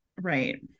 right